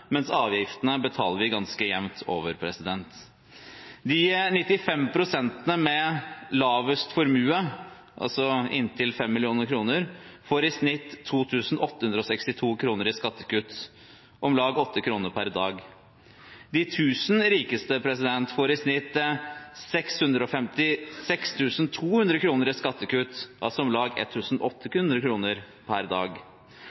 mens avgiftene betaler vi alle ganske jevnt over. De 95 prosentene med lavest formue – altså inntil 5 mill. kr – får i snitt 2 862 kr i skattekutt – om lag 8 kroner per dag. De 1000 rikeste får i snitt 656 200 kr i skattekutt – om lag 1 800 kroner per dag.